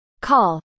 call